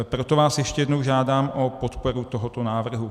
Proto vás ještě jednou žádám o podporu tohoto návrhu.